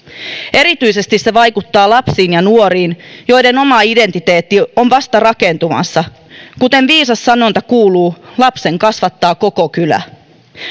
erityisesti se vaikuttaa lapsiin ja nuoriin joiden oma identiteetti on vasta rakentumassa kuten viisas sanonta kuuluu lapsen kasvattaa koko kylä